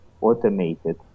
automated